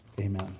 amen